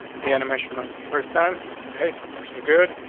the animation runs the first time. okay, so far, so good.